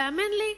והאמן לי,